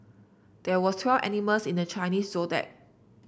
there were twelve animals in the Chinese Zodiac